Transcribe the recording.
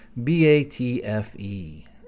BATFE